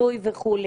חיטוי וכו'.